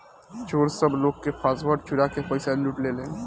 चोर सब लोग के पासवर्ड चुरा के पईसा लूट लेलेन